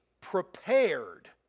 prepared